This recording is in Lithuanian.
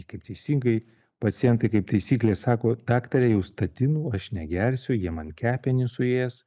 kaip teisingai pacientai kaip taisyklė sako daktare jau statinų aš negersiu jie man kepenis suės